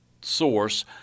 source